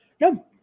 No